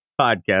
podcast